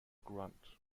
grunt